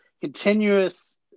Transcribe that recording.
continuous